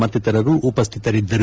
ಮತ್ತಿತರರು ಉಪಸ್ವಿತರಿದ್ದರು